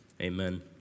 Amen